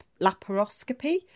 laparoscopy